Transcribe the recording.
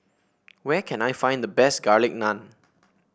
where can I find the best Garlic Naan